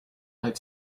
like